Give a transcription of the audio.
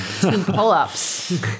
pull-ups